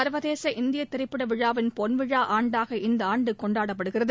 சர்வதேச இந்திய திரைப்பட விழாவின் பொன்விழா ஆண்டாக இந்த ஆண்டு கொண்டாடப்படுகிறது